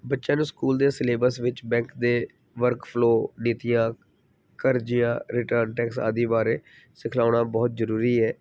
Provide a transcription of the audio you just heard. ਬੱਚਿਆਂ ਨੂੰ ਸਕੂਲ ਦੇ ਸਿਲੇਬਸ ਵਿੱਚ ਬੈਂਕ ਦੇ ਵਰਕਫਲੋ ਨੀਤੀਆਂ ਕਰਜੀਆ ਰਿਟਰਨ ਟੈਕਸ ਆਦਿ ਬਾਰੇ ਸਿਖਲਾਉਣਾ ਬਹੁਤ ਜ਼ਰੂਰੀ ਹੈ